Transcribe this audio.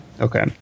okay